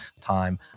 time